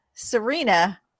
Serena